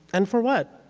and for what?